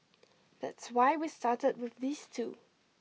that's why we started with these two